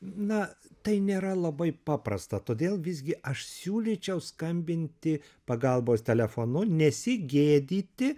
na tai nėra labai paprasta todėl visgi aš siūlyčiau skambinti pagalbos telefonu nesigėdyti